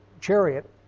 chariot